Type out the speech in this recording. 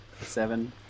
seven